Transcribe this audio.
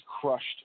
crushed